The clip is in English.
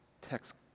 Text